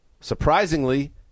surprisingly